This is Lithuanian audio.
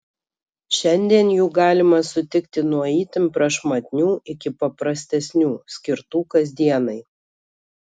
šiandien jų galima sutikti nuo itin prašmatnių iki paprastesnių skirtų kasdienai